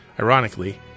ironically